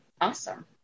Awesome